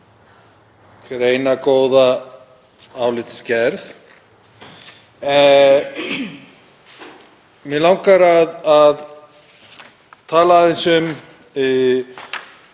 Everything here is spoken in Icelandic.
greinargóða álitsgerð. Mig langar að tala aðeins um